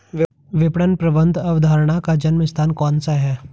विपणन प्रबंध अवधारणा का जन्म स्थान कौन सा है?